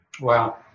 Wow